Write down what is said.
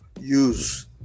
use